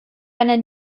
einer